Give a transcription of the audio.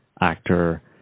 actor